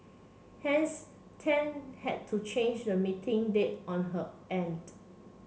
hence Tan had to change the meeting date on her end